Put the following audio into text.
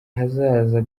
ahazaza